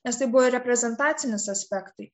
nes tai buvo ir reprezentacinis aspektai